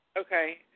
Okay